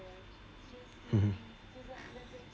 mmhmm